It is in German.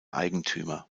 eigentümer